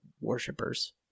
worshippers